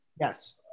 Yes